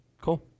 Cool